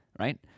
right